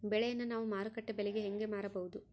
ಬೆಳೆಯನ್ನ ನಾವು ಮಾರುಕಟ್ಟೆ ಬೆಲೆಗೆ ಹೆಂಗೆ ಮಾರಬಹುದು?